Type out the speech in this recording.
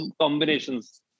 combinations